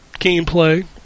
gameplay